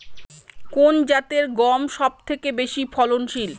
কোন জাতের গম সবথেকে বেশি ফলনশীল?